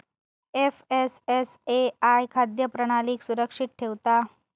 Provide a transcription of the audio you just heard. FSSAI खाद्य प्रणालीक सुरक्षित ठेवता